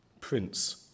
Prince